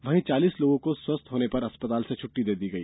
वहीं चालीस लोगों को स्वस्थ्य होने पर अस्पताल से छटटी दी गई